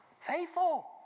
Faithful